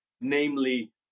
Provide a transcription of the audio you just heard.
namely